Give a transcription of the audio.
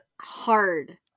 hard